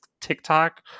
tiktok